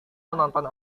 menonton